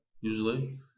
usually